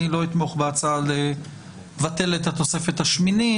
אני לא אתמוך בהצעה לבטל את התוספת השמינית.